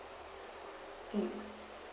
mm